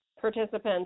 participants